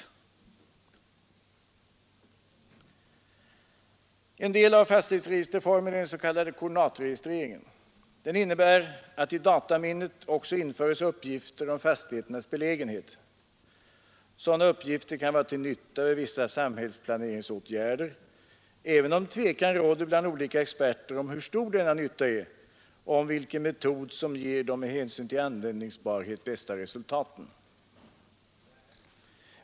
En del av fastighetsregisterreformen är den s.k. koordinatregistreringen. Den innebär att i dataminnet också införes uppgifter om fastigheters belägenhet. Sådana uppgifter kan vara till nytta vid vissa samhällsplaneringsåtgärder även om tvekan råder bland olika experter om hur stor denna nytta är och om vilken metod som ger de med hänsyn till användbarhet bästa resultaten.